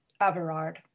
Averard